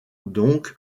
donc